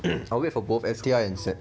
I'll wait for both S_T_I and set